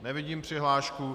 Nevidím přihlášku.